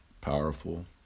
powerful